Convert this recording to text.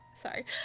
Sorry